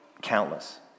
countless